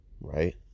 Right